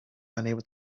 unable